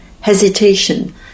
hesitation